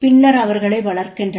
பின்னர் அவர்களை வளர்க்கின்றனர்